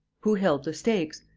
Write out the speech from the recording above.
who held the stakes?